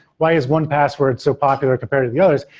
why is one password so popular compared to the others,